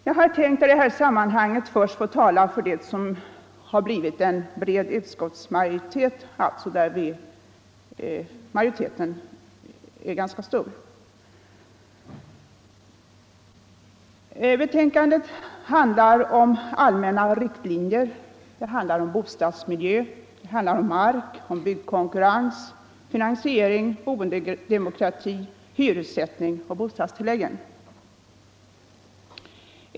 Jag har tänkt att i detta sammanhang först tala för det som har samlat en bred utskottsmajoritet. Utskottsbetänkandet handlar om allmänna riktlinjer, det handlar om bostadsmiljön, det handlar om mark, om byggkonkurrens, finansiering, boendedemokrati, hyressättning och bostadstillläggen.